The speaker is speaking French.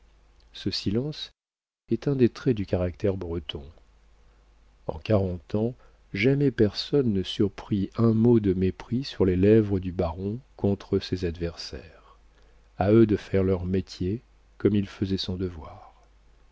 ce silence est un des traits du caractère breton en quarante ans jamais personne ne surprit un mot de mépris sur les lèvres du baron contre ses adversaires a eux de faire leur métier comme il faisait son devoir